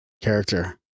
character